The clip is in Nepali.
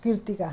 कृतिका